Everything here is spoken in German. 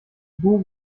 buh